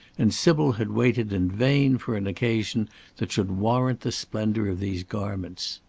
and sybil had waited in vain for an occasion that should warrant the splendour of these garments.